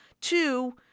Two